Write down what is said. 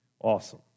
Awesome